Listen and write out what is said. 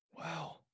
Wow